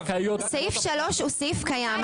סעיף 3 הוא סעיף קיים.